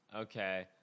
Okay